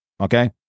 okay